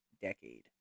decade